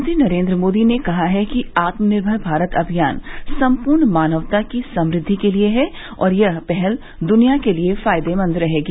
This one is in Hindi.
प्रधानमंत्री नरेन्द्र मोदी ने कहा है कि आत्मनिर्भर भारत अमियान सम्पूर्ण मानवता की समृद्वि के लिए है और यह पहल दुनिया के लिए फायदेमंद रहेगी